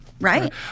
Right